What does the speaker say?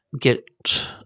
get